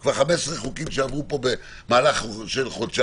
יש כבר 15 חוקים שעברו פה במהלך חודשיים,